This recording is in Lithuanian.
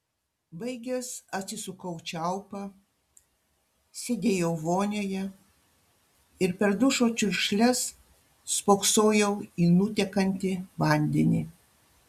baigęs atsisukau čiaupą sėdėjau vonioje ir per dušo čiurkšles spoksojau į nutekantį vandenį